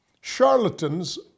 charlatans